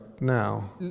now